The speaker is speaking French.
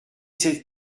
cette